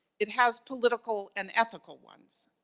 it has political and ethical ones.